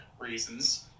reasons